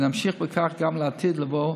ונמשיך בכך גם לעתיד לבוא.